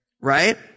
Right